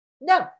no